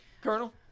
Colonel